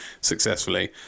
successfully